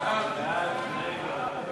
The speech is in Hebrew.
התשע"ה 2014, לדיון מוקדם בוועדת